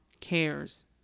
cares